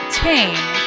tame